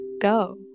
go